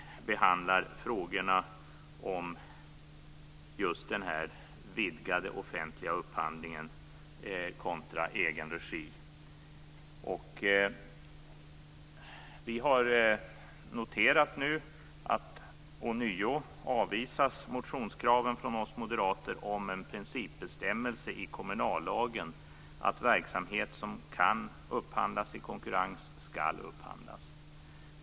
Där behandlar vi frågorna om den här vidgade offentliga upphandlingen kontra egenregi. Vi har nu noterat att man ånyo avvisar motionskraven från oss moderater om en principbestämmelse i kommunallagen, nämligen att verksamhet som kan upphandlas i konkurrens skall upphandlas så.